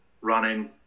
running